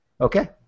Okay